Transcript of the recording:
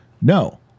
no